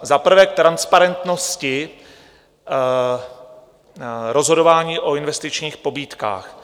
Za prvé, k transparentnosti rozhodování o investičních pobídkách.